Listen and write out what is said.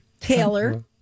Taylor